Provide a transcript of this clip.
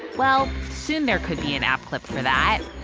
well, soon there could be an app clip for that.